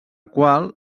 qual